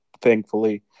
thankfully